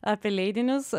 apie leidinius